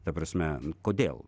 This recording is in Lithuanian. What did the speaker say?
ta prasme nu kodėl